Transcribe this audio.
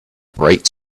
bright